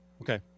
okay